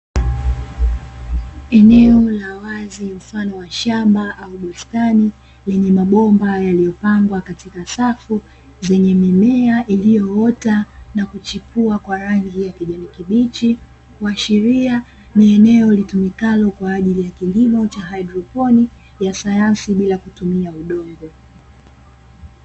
Eneo la wazi mfano wa shamba au bustani, lenye mabomba yaliyopangwa katika safu zenye mimea iliyoota na kuchipua kwa rangi ya kijani kibichi, kuashiria ni eneo litumikalo kwa ajili ya kilimo cha haidroponi ya sayansi bila kutumia udongo.